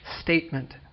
statement